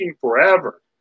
forever